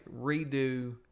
redo